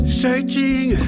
searching